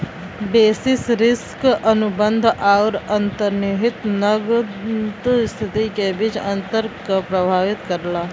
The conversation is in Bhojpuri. बेसिस रिस्क अनुबंध आउर अंतर्निहित नकद स्थिति के बीच अंतर के प्रभावित करला